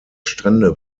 strände